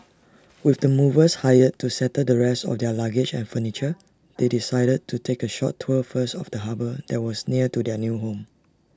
with the movers hired to settle the rest of their luggage and furniture they decided to take A short tour first of the harbour that was near to their new home